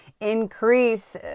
increase